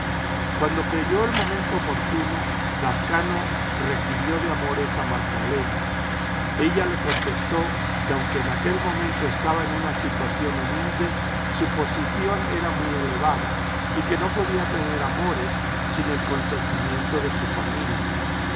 cuando creyó el momento oportuno lazcano requirió de amores a magdalena ella le contestó que aunque en aquel momento estaba en una situación humilde su posición era muy elevada y que no podía tener amores sin el consentimiento de su familia